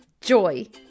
joy